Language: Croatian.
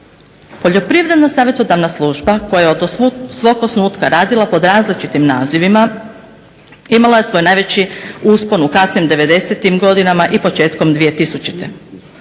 Poljoprivredna savjetodavna služba koja je od svog osnutka radila pod različitim nazivima imala je svoj najveći uspon u kasnim '90-im godinama i početkom 2000. Koristeći